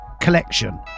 collection